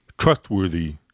trustworthy